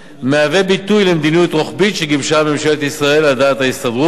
מהווה ביטוי למדיניות רוחבית שגיבשה ממשלת ישראל על דעת ההסתדרות.